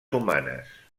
humanes